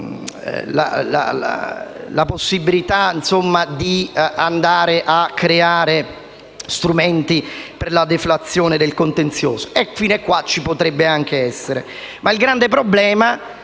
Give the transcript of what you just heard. la possibilità di creare strumenti per la deflazione del contenzioso (fino a qui potrebbe anche essere